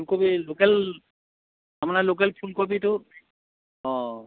ফুলকবি local local ফুলকবিটো অঁ